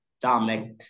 Dominic